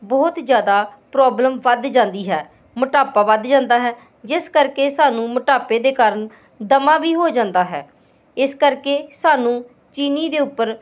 ਬਹੁਤ ਜ਼ਿਆਦਾ ਪ੍ਰੋਬਲਮ ਵੱਧ ਜਾਂਦੀ ਹੈ ਮੋਟਾਪਾ ਵੱਧ ਜਾਂਦਾ ਹੈ ਜਿਸ ਕਰਕੇ ਸਾਨੂੰ ਮੋਟਾਪੇ ਦੇ ਕਾਰਨ ਦਮਾ ਵੀ ਹੋ ਜਾਂਦਾ ਹੈ ਇਸ ਕਰਕੇ ਸਾਨੂੰ ਚੀਨੀ ਦੇ ਉੱਪਰ